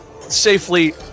safely